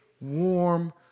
warm